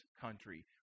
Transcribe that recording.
country